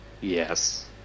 Yes